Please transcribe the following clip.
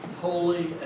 holy